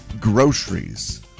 groceries